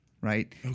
right